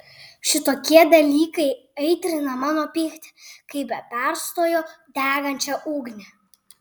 šitokie dalykai aitrina mano pyktį kaip be perstojo degančią ugnį